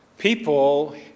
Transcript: People